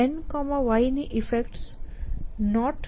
y ની effects Clear